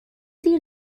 زیر